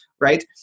right